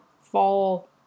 fall